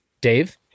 Dave